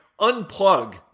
Unplug